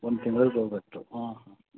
ಒಂದು ತಿಂಗ್ಳಲ್ಲಿ ಪ್ರಾಜೆಕ್ಟು ಹಾಂ